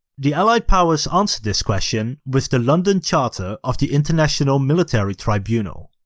the allied powers answered this question with the london charter of the international military tribunal.